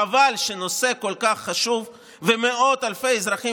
חבל שבנושא כל כך חשוב מאות אלפי אזרחים